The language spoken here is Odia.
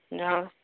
ନା